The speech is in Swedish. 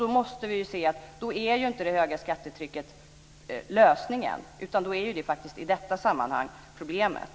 Då måste vi se att de höga skattetrycket inte är lösningen utan i detta sammanhang problemet.